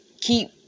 Keep